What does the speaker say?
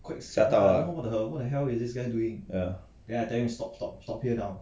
ya ya